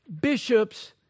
bishops